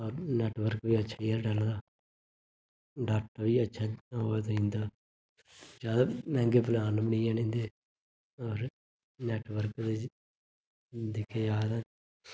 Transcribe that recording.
network बी अच्छा नेईं ऐ एयरटैल्ल दा डैटा बी अच्छा नेईं है इं'दा जैदा मैंह्गे प्लान बी नेईं ऐ न इं'दे अगर नैट्टवर्क च दिक्खेआ जा तां